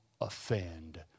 offend